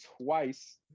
twice